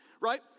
Right